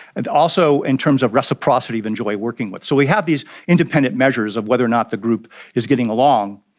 and also in terms of reciprocity, who enjoy working with. so we have these independent measures of whether or not the group is getting along,